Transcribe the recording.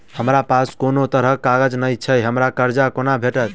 हमरा पास कोनो तरहक कागज नहि छैक हमरा कर्जा कोना भेटत?